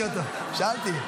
את שר המשפטים.